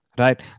Right